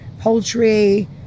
poultry